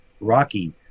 rocky